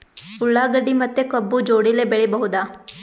ಉಳ್ಳಾಗಡ್ಡಿ ಮತ್ತೆ ಕಬ್ಬು ಜೋಡಿಲೆ ಬೆಳಿ ಬಹುದಾ?